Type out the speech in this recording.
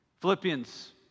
Philippians